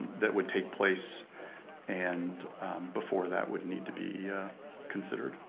that would take place and before that would need to be considered.